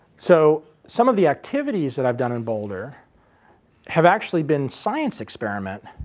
so some of the activities that i've done in boulder have actually been science experiment,